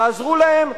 תעזרו להם,